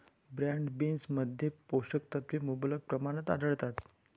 broad बीन्समध्ये पोषक तत्वे मुबलक प्रमाणात आढळतात